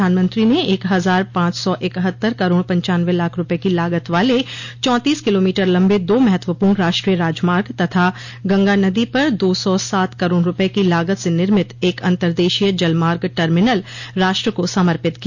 प्रधानमंत्री ने एक हजार पांच सौ इकहत्तर करोड़ पंचनावे लाख रूपये की लागत वाले चौंतीस किलोमीटर लम्बे दो महत्वपूर्ण राष्ट्रीय राजमार्ग तथा गंगा नदी पर दो सौ सात करोड रूपये की लागत से निर्मित एक अतर देशीय जल मार्ग टर्मिनल राष्ट्र को समर्पित किया